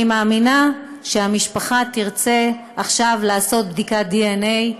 אני מאמינה שהמשפחה תרצה עכשיו לעשות בדיקת דנ"א,